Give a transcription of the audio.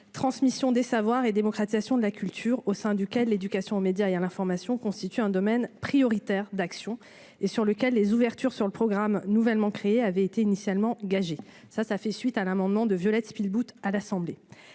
transmission des savoirs et démocratisation de la culture au sein duquel l'éducation aux médias et à l'information constituent un domaine prioritaire d'action et sur lequel les ouvertures sur le programme, nouvellement créée, avait été initialement engagé ça ça fait suite à un amendement de Violette Spillebout, à l'Assemblée,